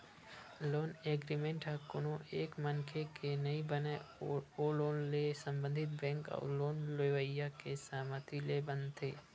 loan agreement ह कोनो एक मनखे के नइ बनय ओ लोन ले संबंधित बेंक अउ लोन लेवइया के सहमति ले बनथे